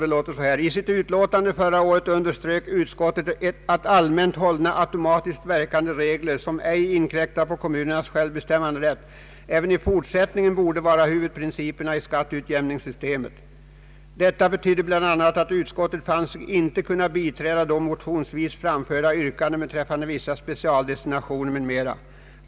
Utskottet anför: ”I sitt utlåtande förra året underströk utskottet att allmänt hållna automatiskt verkande regler som ej inkräktar på kommunernas självbestämmanderätt även i fortsättningen borde vara huvudprinciperna i skatteutjämningssystemet. Detta betydde bl.a. att utskotttet fann sig inte kunna biträda då motionsvis framförda yrkanden beträffande vissa specialdestinationer m.m.